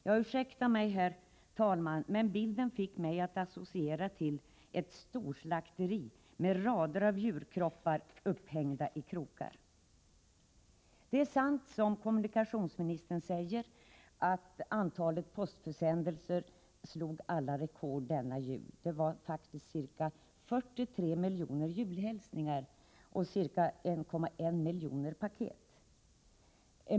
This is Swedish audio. Jag får be om ursäkt, herr talman, men bilden i Expressen fick mig att associera till ett storslakteri med rader av djurkroppar upphängda i krokar. Det är sant, som kommunikationsministern säger, att antalet postförsändelser slog alla rekord den senaste julen. Det var faktiskt ca 43 miljoner julhälsningar och ca 1,1 miljon paket.